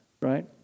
right